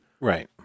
Right